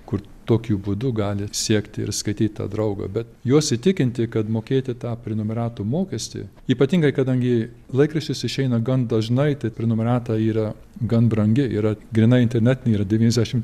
kur tokiu būdu gali siekti ir skaityt draugą bet juos įtikinti kad mokėti tą prenumeratų mokestį ypatingai kadangi laikraštis išeina gan dažnai tai prenumerata yra gan brangi yra grynai internete yra devyniasdešim